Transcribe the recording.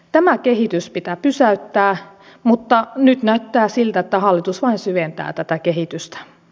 tämä kehitys pitää pysäyttää mutta nyt näyttää siltä että hallitus vain syventää tätä kehitystä